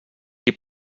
qui